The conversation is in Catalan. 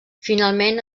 finalment